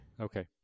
Okay